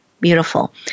Beautiful